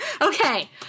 Okay